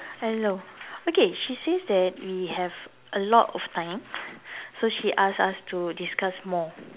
hello okay she says that we have a lot of time so she ask us to discuss more